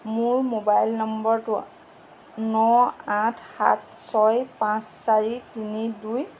মোৰ মোবাইল নম্বৰটো ন আঠ সাত ছয় পাঁচ চাৰি তিনি দুই